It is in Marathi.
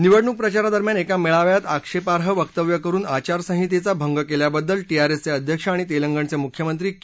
निवडणूक प्रचारादरम्यान एका मेळाव्यात आक्षेपार्ह वक्तव्य करून आचारसंहितेचा भंग केल्याबद्दल टीआरएसचे अध्यक्ष आणि तेलंगणचे मुख्यमंत्री के